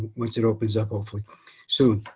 once it opens up awfully so